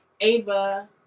Ava